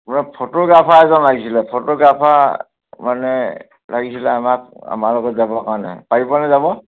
আমাক ফটোগ্ৰাফাৰ এজন লাগিছিলে ফটোগ্ৰাফাৰ মানে লাগিছিলে আমাক আমাৰ লগত যাবৰ কাৰণে পাৰিব নে যাব